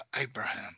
Abraham